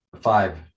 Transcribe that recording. Five